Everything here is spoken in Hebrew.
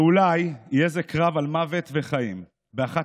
/ ואולי יהיה זה קרב על מוות וחיים באחת